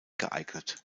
geeignet